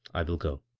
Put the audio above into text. i will go,